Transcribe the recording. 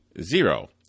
zero